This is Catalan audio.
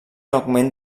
augment